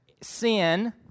sin